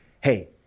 hey